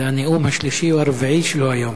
זה הנאום השלישי או הרביעי שלו היום.